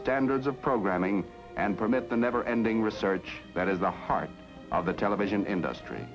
standards of programming and permit the never ending research that is the heart of the television industry